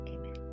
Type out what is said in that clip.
Amen